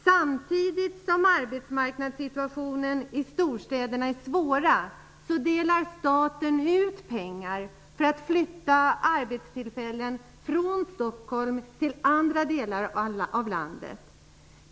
Samtidigt som arbetsmarknadssituationen i storstäderna är svår delar staten ut pengar för att flytta arbetstillfällen från Stockholm till andra delar av landet.